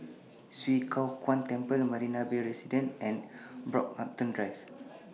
Swee Kow Kuan Temple Marina Bay Residences and Brockhampton Drive